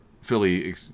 Philly